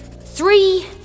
Three